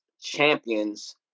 champions